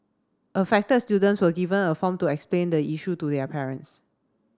affected students were given a form to explain the issue to their parents